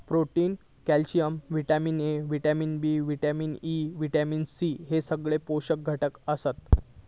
protein, calcium, vitamin A, vitamin B, vitamin E, vitamin C हे सगळे पोषक घटक आसत